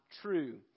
true